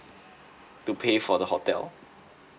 to pay for the hotel